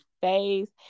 face